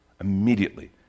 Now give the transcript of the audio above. immediately